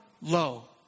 low